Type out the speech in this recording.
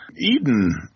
Eden